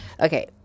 Okay